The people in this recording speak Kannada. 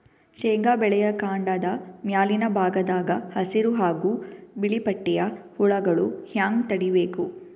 ಶೇಂಗಾ ಬೆಳೆಯ ಕಾಂಡದ ಮ್ಯಾಲಿನ ಭಾಗದಾಗ ಹಸಿರು ಹಾಗೂ ಬಿಳಿಪಟ್ಟಿಯ ಹುಳುಗಳು ಹ್ಯಾಂಗ್ ತಡೀಬೇಕು?